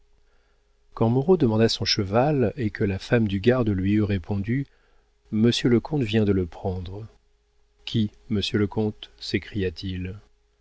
quand moreau demanda son cheval et que la femme du garde lui eut répondu monsieur le comte vient de le prendre qui monsieur le comte